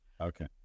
Okay